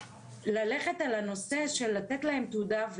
ללכת על הנושא של לתת להם את התעודה,